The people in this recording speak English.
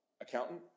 accountant